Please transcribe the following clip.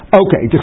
okay